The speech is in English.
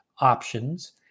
options